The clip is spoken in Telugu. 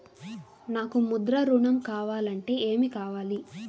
నాకు ముద్ర ఋణం కావాలంటే ఏమి కావాలి?